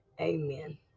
Amen